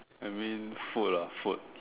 I mean food lah food